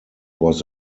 was